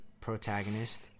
protagonist